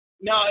no